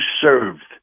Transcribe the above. served